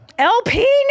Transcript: LP